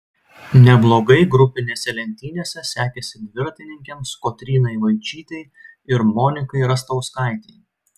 neblogai grupinėse lenktynėse sekėsi dviratininkėms kotrynai vaičytei ir monikai rastauskaitei